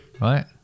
Right